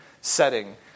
setting